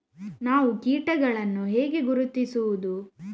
ನಾವು ಕೀಟಗಳನ್ನು ಹೇಗೆ ಗುರುತಿಸುವುದು?